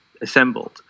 assembled